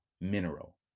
mineral